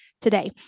today